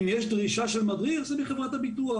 אם יש דרישה של מדריך זה מחברת הביטוח,